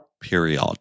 Period